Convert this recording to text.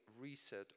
reset